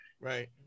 Right